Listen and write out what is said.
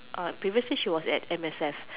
uh previously she was at M_S_F